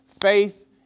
faith